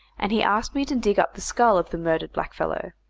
and he asked me to dig up the skull of the murdered blackfellow,